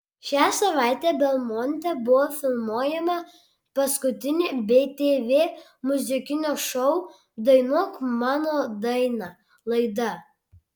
šią savaitę belmonte buvo filmuojama paskutinė btv muzikinio šou dainuok mano dainą laida